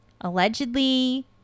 allegedly